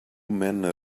men